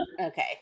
Okay